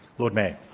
lord mayor